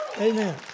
Amen